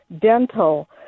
dental